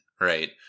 right